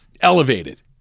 elevated